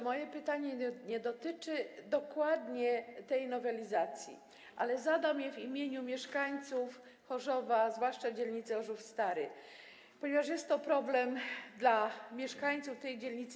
Moje pytanie nie dotyczy dokładnie tej nowelizacji, ale zadam je w imieniu mieszkańców Chorzowa, zwłaszcza dzielnicy Chorzów Stary, ponieważ jest to bardzo duży problem dla mieszkańców tej dzielnicy.